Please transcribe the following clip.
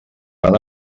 van